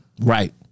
Right